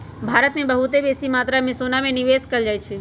भारत में बहुते बेशी मत्रा में सोना में निवेश कएल जाइ छइ